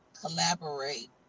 collaborate